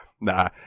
Nah